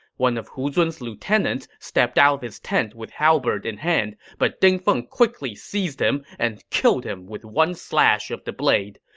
one of hu zun's lieutenants stepped out of his tent with halberd in hand, but ding feng quickly seized him and killed him with one slash of the blade.